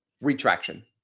retraction